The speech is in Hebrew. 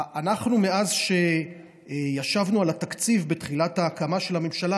מאז שישבנו על התקציב בתחילת ההקמה של הממשלה,